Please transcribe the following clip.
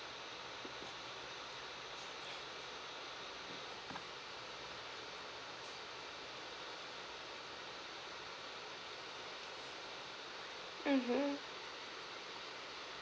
mmhmm